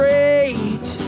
Great